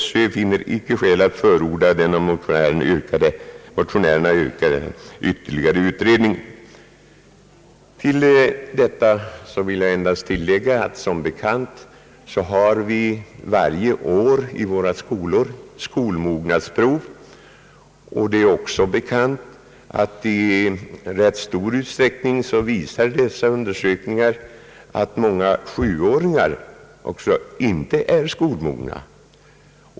SÖ finner inte skäl att förorda den av motionärerna yrkade ytterligare utredningen.» Jag vill endast tillägga, att som bekant förekommer varje år skolmognadsprov. Det är också bekant att dessa undersökningar i ganska stor utsträckning visar, att många sjuåringar inte är skolmogna.